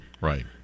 Right